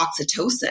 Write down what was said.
oxytocin